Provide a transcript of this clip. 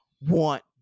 want